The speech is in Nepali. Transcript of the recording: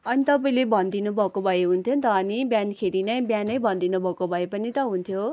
अनि तपाईँले भनिदिनु भएको भए हुन्थ्यो नि त अनि बिहानखेरि नै बिहानै भनिदिनु भएको भए पनि त हुन्थ्यो